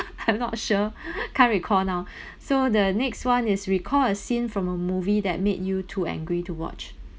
I'm not sure can't recall now so the next one is recall a scene from a movie that made you too angry to watch